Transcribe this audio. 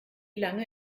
lange